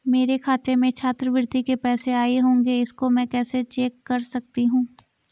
मेरे खाते में छात्रवृत्ति के पैसे आए होंगे इसको मैं कैसे चेक कर सकती हूँ?